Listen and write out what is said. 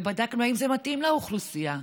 ובדקנו אם זה מתאים לאוכלוסייה,